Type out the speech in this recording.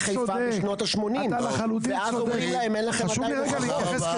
חיפה בשנות השמונים ואז אומרים להם אין לכם עדיין הוכחות.